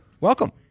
welcome